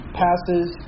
passes